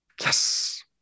yes